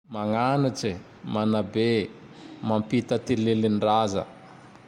Magnanatse, Manabe, Mampita ty lilin-dRaza.